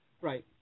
Right